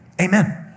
Amen